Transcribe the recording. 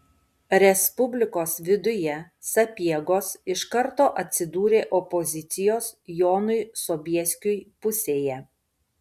respublikos viduje sapiegos iš karto atsidūrė opozicijos jonui sobieskiui pusėje